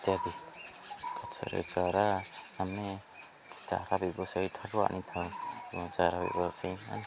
ଇତ୍ୟାଦି ଗଛରେ ଚାରା ଆମେ ଚାରା ବ୍ୟବସାୟୀ ଠାରୁ ଆଣିଥାଉ ଚାରା ବ୍ୟବସାୟୀ